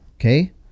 okay